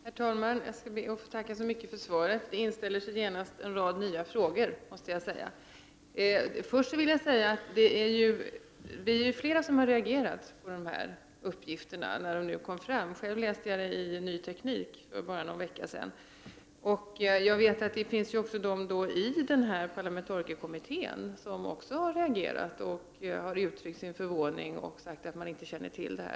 Herr talman! Jag ber att få tacka så mycket för svaret. Nu inställer sig genast en rad nya frågor. Först vill jag påpeka att det är flera som har reagerat på dessa uppgifter i samband med att de kom fram. Själv läste jag om dem i Ny Teknik för bara någon vecka sedan. Det finns också ledamöter i parlamentarikerkommittén som har reagerat, uttryckt sin förvåning och sagt att de inte känner till detta.